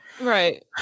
Right